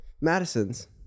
Madison's